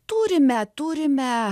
turime turime